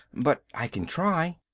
but i can try.